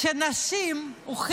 שבהם נשים הוכיחו